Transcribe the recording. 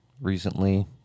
recently